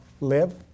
live